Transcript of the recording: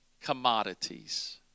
commodities